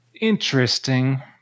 interesting